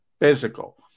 physical